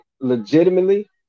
legitimately